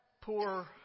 poor